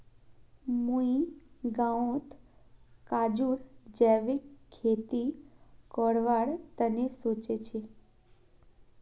मुई गांउत काजूर जैविक खेती करवार तने सोच छि